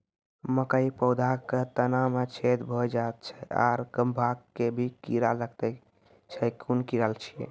मकयक पौधा के तना मे छेद भो जायत छै आर गभ्भा मे भी कीड़ा लागतै छै कून कीड़ा छियै?